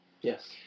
Yes